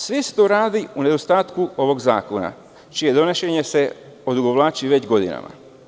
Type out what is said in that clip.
Sve se to radi u nedostatku ovog zakona, čije se donošenje odugovlači godinama.